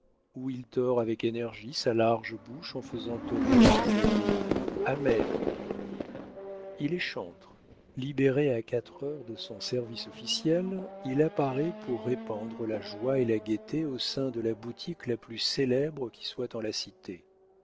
où il tord avec énergie sa large bouche en faisant tonner un joyeux amen il est chantre libéré à quatre heures de son service officiel il apparaît pour répandre la joie et la gaieté au sein de la boutique la plus célèbre qui soit en la cité